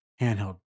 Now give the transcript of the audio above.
handheld